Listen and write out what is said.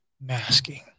masking